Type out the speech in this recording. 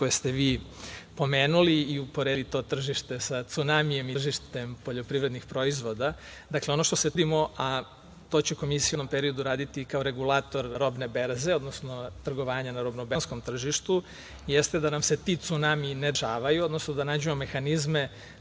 koje ste vi pomenuli i uporedili to tržište sa cunamijem, i tržištem poljoprivrednih proizvoda. Dakle, ono što se trudimo, a to će Komisija u narednom periodu raditi kao regulator robne berze, odnosno, trgovanja na robno-berzanskom tržištu, jeste da nam se ti cunami ne dešavaju, odnosno da nađemo mehanizme